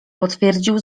potwierdził